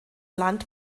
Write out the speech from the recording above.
land